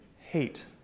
hate